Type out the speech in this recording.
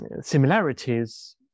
similarities